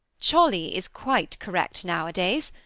cholly is quite correct nowadays.